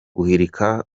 guhirika